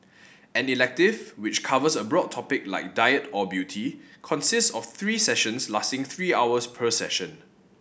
an elective which covers a broad topic like diet or beauty consists of three sessions lasting three hours per session